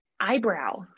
eyebrow